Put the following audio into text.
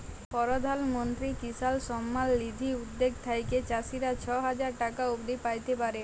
পরধাল মলত্রি কিসাল সম্মাল লিধি উদ্যগ থ্যাইকে চাষীরা ছ হাজার টাকা অব্দি প্যাইতে পারে